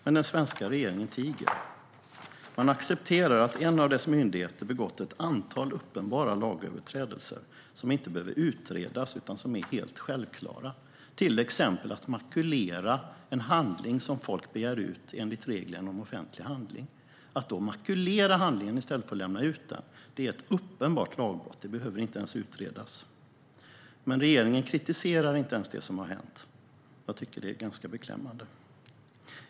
Men den svenska regeringen tiger. Man accepterar att en av dess myndigheter begått ett antal uppenbara lagöverträdelser. Dessa överträdelser behöver inte utredas, utan de är helt självklara. Till exempel har myndigheten makulerat en handling som har begärts ut enligt reglerna om offentlig handling. Att makulera handlingen i stället för att lämna ut den är ett uppenbart lagbrott - det behöver inte ens utredas. Men regeringen kritiserar inte ens det som har hänt. Jag tycker att det är ganska beklämmande.